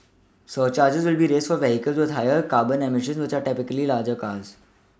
surcharges will be raised for vehicles with higher carbon eMissions which are typically larger cars